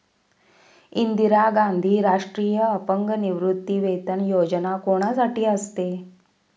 इंदिरा गांधी राष्ट्रीय अपंग निवृत्तीवेतन योजना कोणासाठी असते?